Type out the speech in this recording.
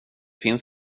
finns